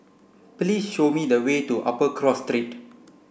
please show me the way to Upper Cross Street